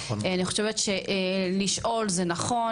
אני חושבת שלשאול זה נכון,